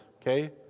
okay